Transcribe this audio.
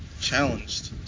challenged